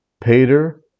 Peter